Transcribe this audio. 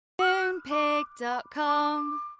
Moonpig.com